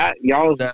Y'all